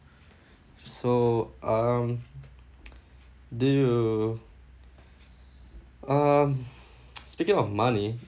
so um do you um speaking of money